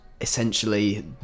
essentially